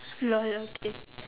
lol okay